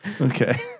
Okay